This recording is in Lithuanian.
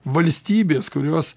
valstybės kurios